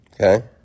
Okay